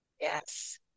Yes